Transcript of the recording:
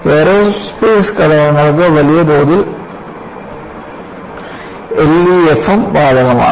aerospace ഘടനകൾക്ക് വലിയതോതിൽ LEFM ബാധകമാണ്